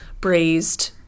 braised